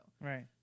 Right